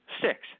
six